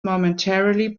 momentarily